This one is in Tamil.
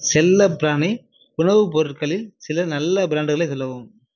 செல்லப்பிராணி உணவுப் பொருட்களில் சில நல்ல ப்ராண்டுகளை சொல்லவும்